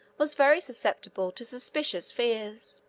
was very susceptible to superstitious fears.